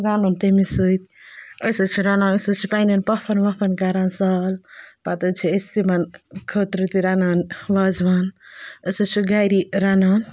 رَنُن تٔمِس سۭتۍ أسۍ حظ چھِ رَنان أسۍ حظ چھِ پنٛنٮ۪ن پۄپھَن وۄپھَن کَران سال پَتہٕ حظ چھِ أسۍ تِمَن خٲطرٕ تہِ رَنان وازوان أسۍ حظ چھِ گَری رَنان